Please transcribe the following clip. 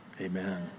Amen